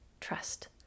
trust